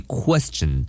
question